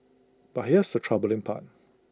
but here's the troubling part